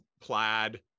plaid